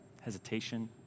hesitation